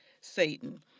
Satan